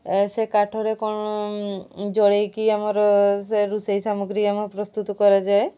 ସେ କାଠରେ କ'ଣ ଜଳେଇକି ଆମର ସେ ରୋଷେଇ ସାମଗ୍ରୀ ଆମ ପ୍ରସ୍ତୁତ କରାଯାଏ